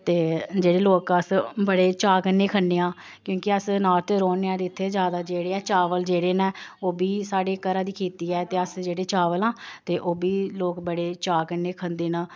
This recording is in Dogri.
ते जेह्ड़े लोक अस बड़े चाऽ कन्नै खन्ने आं क्योंकि अस नार्थ च रौह्ने आह्ले इत्थें ज्यादा जेह्ड़े ऐ चावल जेह्ड़े न ओह् बी साढ़ी घरा दी खेती ऐ ते अस जेह्ड़े चावल न ते ओह् बी लोक बड़े चाऽ कन्नै खंदे न